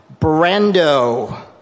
Brando